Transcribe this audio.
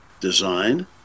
design